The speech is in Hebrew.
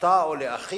לאחותה או לאחיה,